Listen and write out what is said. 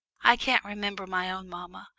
i can't remember my own mamma,